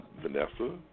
Vanessa